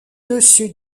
dessus